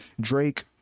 Drake